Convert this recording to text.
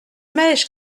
mèche